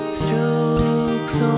strokes